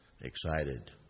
excited